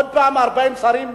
עוד פעם 40 שרים,